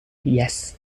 yes